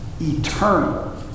eternal